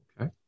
okay